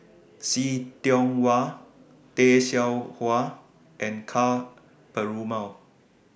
See Tiong Wah Tay Seow Huah and Ka Perumal